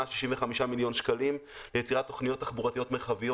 ב-65 מיליון שקלים ליצירת תוכניות תחבורתיות מרחביות.